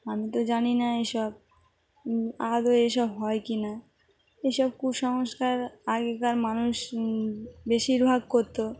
আমি তো জানি না এসব আদৌ এসব হয় কি না এসব কুসংস্কার আগেকার মানুষ বেশিরভাগ করতো